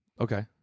Okay